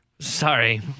Sorry